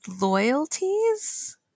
loyalties